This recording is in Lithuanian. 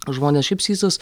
žmones šiaip sysas